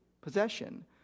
possession